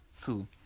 cool